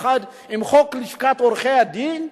יחד עם חוק לשכת עורכי-הדין,